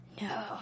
No